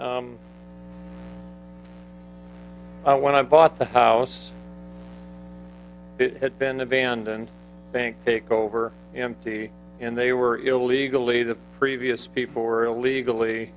k when i bought the house it had been abandoned bank takeover in the in they were illegally the previous people were illegally